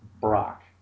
Brock